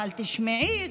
אבל תשמעי,